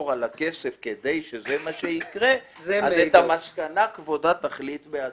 על הכסף לטובת המטרה שלו את המסקנה כבודה תחליט בעצמה.